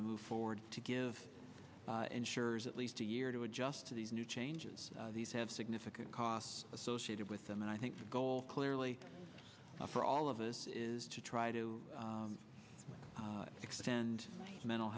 to move forward to give insurers at least a year to adjust to these new changes these have significant costs associated with them and i think the goal clearly for all of us is to try to extend mental